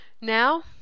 Now